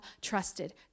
trusted